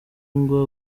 bihingwa